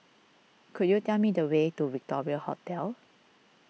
could you tell me the way to Victoria Hotel